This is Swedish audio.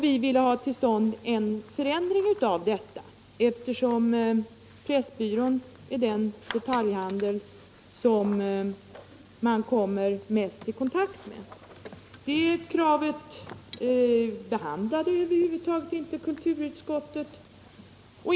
Vi vill få till stånd en ändring av detta förhållande, eftersom Pressbyrån är den detaljbokhandel som allmänheten kommer mest i kontakt med. Det kravet behandlades då över huvud taget inte av kulturutskottet.